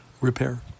repair